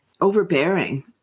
overbearing